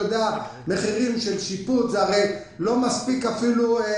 מי שיודע מחירים של שיפוץ, זה לא מספיק להרבה.